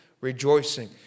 rejoicing